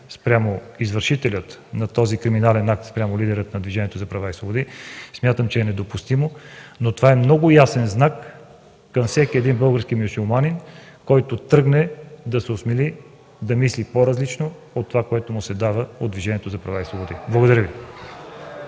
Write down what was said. спрямо извършителя на криминалния акт спрямо лидера на Движението за права и свободи, е недопустима. Но това е много ясен знак към всеки един български мюсюлманин, който тръгне да се осмели да мисли по-различно от това, което му се дава от Движението за права и свободи. Благодаря.